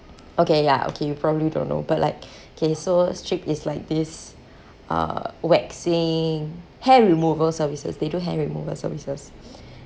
okay ya okay you probably don't know but like okay so strip is like this uh waxing hair removal services they do hair removal services